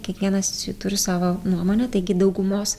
kiekvienas jų turi savo nuomonę taigi daugumos